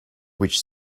which